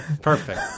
Perfect